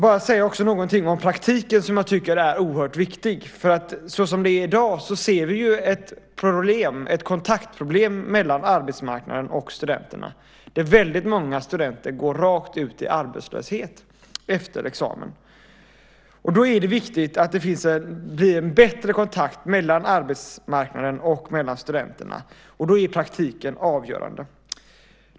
Jag vill också säga någonting om praktiken som jag tycker är oerhört viktig. I dag ser vi ett kontaktproblem mellan arbetsmarknaden och studenterna. Väldigt många studenter går rakt ut i arbetslöshet efter examen. Det är viktigt att det blir en bättre kontakt mellan arbetsmarknaden och studenterna. Då är praktiken avgörande.